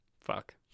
Fuck